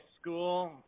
school